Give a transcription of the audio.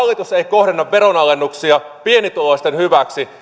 ei kohdenna veronalennuksia pienituloisten hyväksi